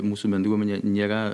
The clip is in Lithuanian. mūsų bendruomenė nėra